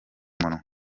munwa